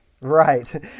right